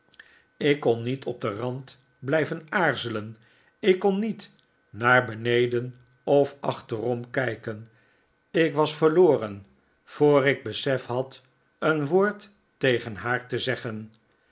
ik kon niet op den rand blijven aarzelen ik kon niet naar beneden of achterom kijken ik was verloren voor ik besef had een woord tegen haar te zeggen